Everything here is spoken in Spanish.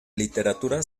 literatura